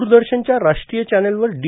द्रदर्शनच्या राष्ट्रीय चॅनेलवर डी